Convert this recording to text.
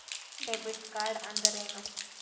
Debit ಕಾರ್ಡ್ಅಂದರೇನು?